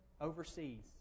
overseas